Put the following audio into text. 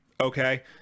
Okay